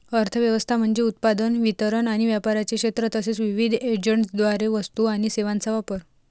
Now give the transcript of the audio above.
अर्थ व्यवस्था म्हणजे उत्पादन, वितरण आणि व्यापाराचे क्षेत्र तसेच विविध एजंट्सद्वारे वस्तू आणि सेवांचा वापर